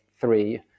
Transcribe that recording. three